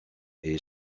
est